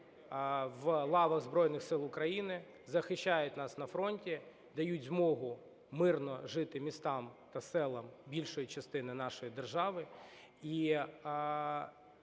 в лавах Збройних Сил України, захищають нас на фронті, дають змогу мирно жити містам та селам більшої частини нашої держави.